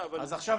אז עכשיו,